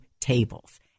tables